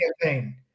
campaign